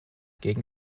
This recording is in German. gegen